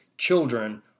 children